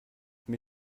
mes